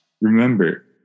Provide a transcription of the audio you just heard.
Remember